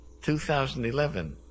2011